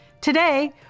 Today